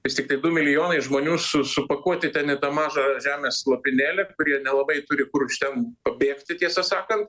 vis tiktai du milijonai žmonių šu su supakuoti ten į tą mažą žemės lopinėlį kurie nelabai turi kur iš ten pabėgti tiesą sakant